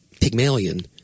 Pygmalion